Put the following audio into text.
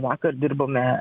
vakar dirbome